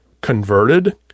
converted